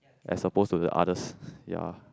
as supposed to the others ya